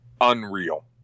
unreal